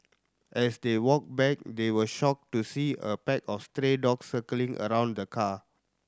as they walked back they were shocked to see a pack of stray dogs circling around the car